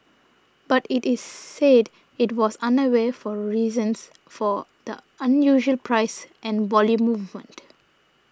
but it is said it was unaware of reasons for the unusual price and volume movement